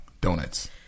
donuts